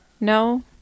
No